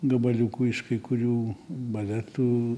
gabaliukų iš kai kurių baletų